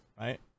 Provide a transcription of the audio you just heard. right